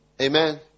Amen